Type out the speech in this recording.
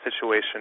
situation